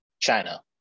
china